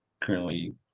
currently